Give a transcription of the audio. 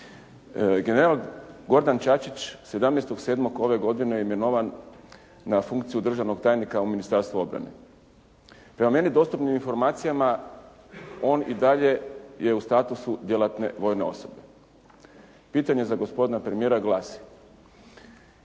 General Gordan Čačić 17.7. ove godine je imenovan na funkciju državnog tajnika u Ministarstvu obrane. Prema meni dostupnim informacijama, on i dalje je u statusu djelatne vojne osobe. Pitanje za gospodina premijera glasi: